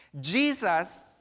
Jesus